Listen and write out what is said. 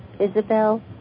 Isabel